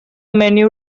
menu